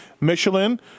michelin